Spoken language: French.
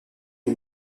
les